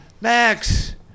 Max